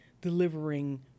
delivering